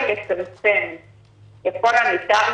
אני מציעה לשנות את ההוראה שהועתקה מהתקנון.